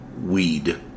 weed